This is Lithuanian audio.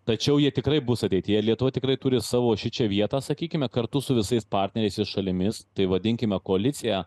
tačiau jie tikrai bus ateityjeir lietuva tikrai turi savo šičia vietą sakykime kartu su visais partneriais ir šalimis tai vadinkime koaliciją